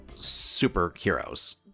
superheroes